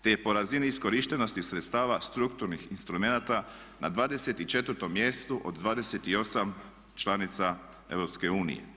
Te je po razini iskoristivosti sredstava strukturnih instrumenata na 24. mjestu od 28 članica EU.